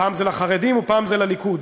פעם זה לחרדים ופעם זה לליכוד,